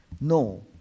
No